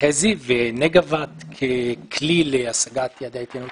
חזי ונגה וואט ככלי להשגת יעדי ההתייעלות